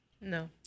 no